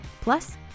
Plus